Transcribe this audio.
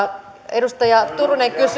edustaja turunen